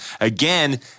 Again